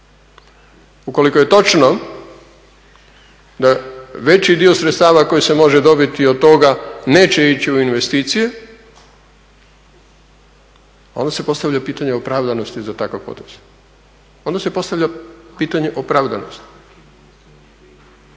ukoliko je točno da veći dio sredstava koji se može dobiti od toga neće ići u investicije, onda se postavlja pitanje opravdanosti za takav potez, onda se postavlja pitanje opravdanosti.